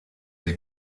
die